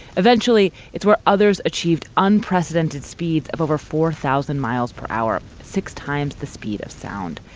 eventually, it's where others achieved unprecedented speeds of over four thousand miles per hour, six times the speed of sound.